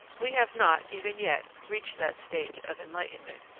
we have not, even yet, reached that stage of enlightenment.